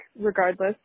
regardless